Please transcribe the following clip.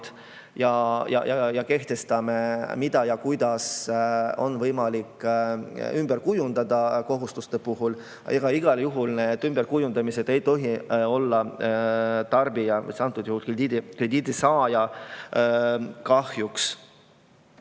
ja kehtestame, mida ja kuidas on võimalik ümber kujundada kohustuste puhul. Igal juhul ei tohi need ümberkujundamised olla tarbija, antud juhul krediidisaaja kahjuks.